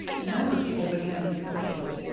and now the people began to be frightened.